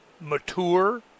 Mature